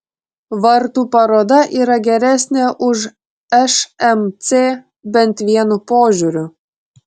vartų paroda yra geresnė už šmc bent vienu požiūriu